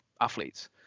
athletes